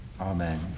Amen